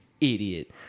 Idiot